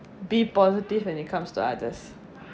be positive when it comes to others